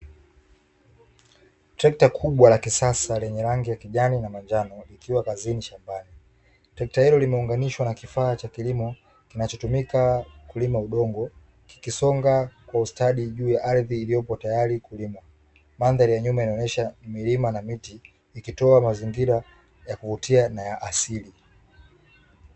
Trekta kubwa la kisasa lenye rangi ya kijani na manjano ikiwa kazini shambani. Trekta hilo limeunganishwa na kifaa cha kilimo kinachotumika kulima udongo, ukisonga kwa ustadi juu ya ardhi iliyopo tayari kulima, mandhari ya nyuma inaonyesha milima na miti ikitoa mazingira ya kuvutia ya asili.